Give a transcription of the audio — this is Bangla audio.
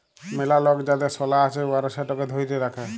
ম্যালা লক যাদের সলা আছে উয়ারা সেটকে ধ্যইরে রাখে